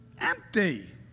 empty